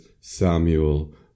Samuel